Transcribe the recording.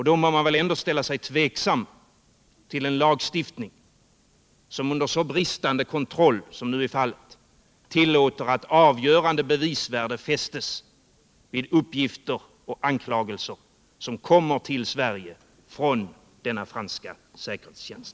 Då bör man väl ändå ställa sig tveksam till en lagstiftning som under så bristande kontroll som nu är fallet tillåter att avgörande bevisvärde fästes vid uppgifter och anklagelser som kommer till Sverige från denna franska säkerhetstjänst.